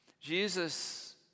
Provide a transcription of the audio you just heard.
Jesus